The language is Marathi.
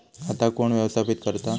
खाता कोण व्यवस्थापित करता?